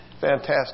Fantastic